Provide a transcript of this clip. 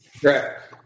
Correct